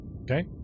Okay